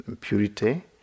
purity